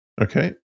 Okay